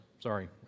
Sorry